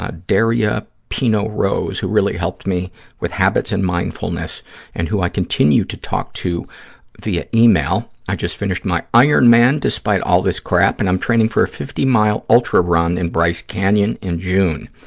ah darya pino rose, who really helped me with habits and mindfulness and who i continue to talk to via e-mail. i just finished my ironman despite all this crap, and i'm training for a fifty mile ultra run in bryce canyon in june.